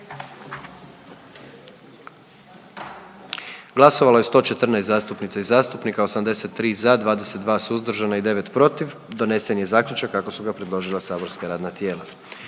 Glasovalo je 109 zastupnica i zastupnika, 106 za, 3 suzdržana i donesen zaključak kako ga je predložilo matično saborsko radno tijelo.